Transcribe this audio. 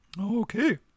Okay